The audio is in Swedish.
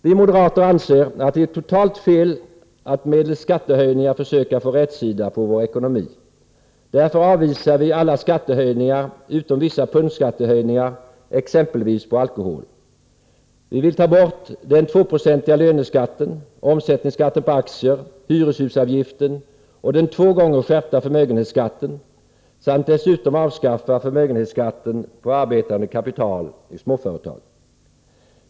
Vi moderater anser att det är totalt fel att medelst skattehöjningar försöka få rätsida på vår ekonomi. Därför avvisar vi alla skattehöjningar utom vissa punktskattehöjningar, exempelvis på alkohol. Vi vill ta bort den 2-procentiga löneskatten, omsättningsskatten på aktiehandeln, hyreshusavgiften och den två gånger skärpta förmögenhetsskatten samt dessutom avskaffa förmögenhetsskatten på arbetande kapital i småföretag.